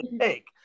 take